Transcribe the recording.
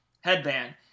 headband